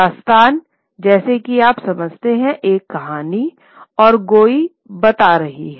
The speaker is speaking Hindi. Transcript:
दास्तान जैसा कि आप समझते हैं कि एक कहानी है और गोई बता रही है